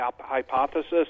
hypothesis